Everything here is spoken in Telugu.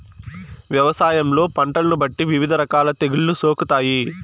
వ్యవసాయంలో పంటలను బట్టి వివిధ రకాల తెగుళ్ళు సోకుతాయి